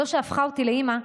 זו שהפכה אותי לאימא,